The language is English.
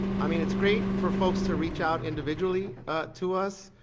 i mean it's great for folks to reach out individually to us,